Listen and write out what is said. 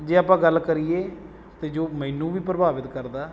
ਜੇ ਆਪਾਂ ਗੱਲ ਕਰੀਏ ਅਤੇ ਜੋ ਮੈਨੂੰ ਵੀ ਪ੍ਰਭਾਵਿਤ ਕਰਦਾ